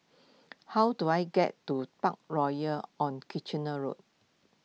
how do I get to Parkroyal on Kitchener Road